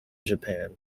japan